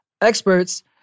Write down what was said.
Experts